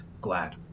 Glad